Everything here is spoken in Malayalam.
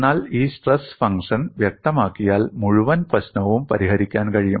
എന്നാൽ ഈ സ്ട്രെസ് ഫംഗ്ഷൻ വ്യക്തമാക്കിയാൽ മുഴുവൻ പ്രശ്നവും പരിഹരിക്കാൻ കഴിയും